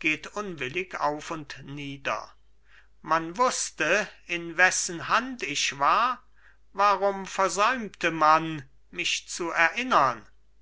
geht unwillig auf und nieder man wußte in wessen hand ich war warum versäumte man mich zu erinnern